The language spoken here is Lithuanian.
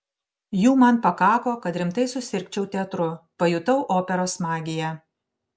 jų man pakako kad rimtai susirgčiau teatru pajutau operos magiją